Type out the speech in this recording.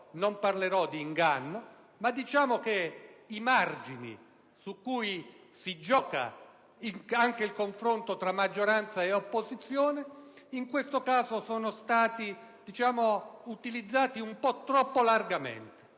non parlerò di inganno, ma i margini su cui si gioca il confronto tra maggioranza e opposizione, in questo caso, sono stati utilizzati un po' troppo liberamente.